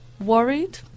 worried